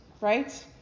Right